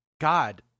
God